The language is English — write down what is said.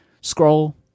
scroll